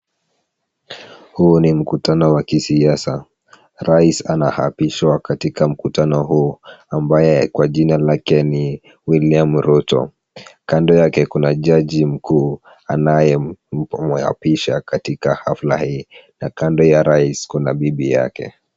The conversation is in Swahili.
Huu ni mkutano wa kisiasa. Rais anaapishwa kwa mkutano huu ambaye kwa jina lake ni William Ruto. Kando yake kuna jaji mkuu anaye mwapisha katika hafla hii. Kando ya rais kuna bibi yake.